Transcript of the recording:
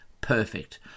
Perfect